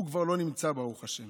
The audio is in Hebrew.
הוא כבר לא נמצא, ברוך השם